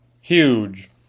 huge